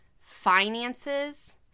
Finances